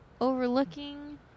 overlooking